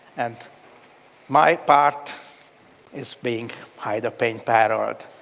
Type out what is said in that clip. and my part is being hide the pain harold.